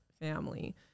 family